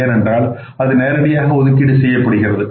ஏனென்றால் அது நேரடியாக ஒதுக்கீடு செய்யப்படுகிறது